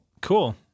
Cool